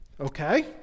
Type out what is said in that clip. Okay